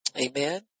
Amen